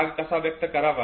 राग कसा व्यक्त करावा